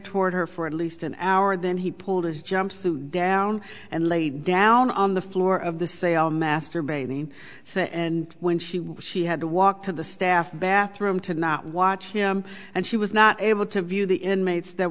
toward her for at least an hour then he pulled his jumpsuit down and lay down on the floor of the sale masturbating and when she she had to walk to the staff bathroom to not watch him and she was not able to view the inmates that